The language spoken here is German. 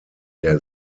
der